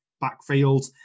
backfield